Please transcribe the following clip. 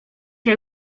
się